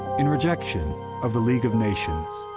in rejection of the league of nations,